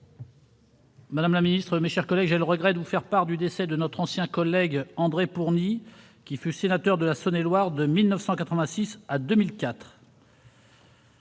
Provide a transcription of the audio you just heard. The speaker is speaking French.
Madame la secrétaire d'État, mes chers collègues, j'ai le regret de vous faire part du décès de notre ancien collègue André Pourny, qui fut sénateur de la Saône-et-Loire de 1986 à 2004.